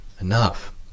Enough